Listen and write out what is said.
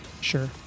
Sure